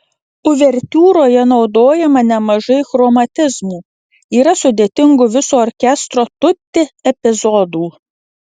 uvertiūroje naudojama nemažai chromatizmų yra sudėtingų viso orkestro tutti epizodų